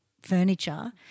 furniture